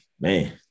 man